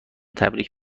تبریک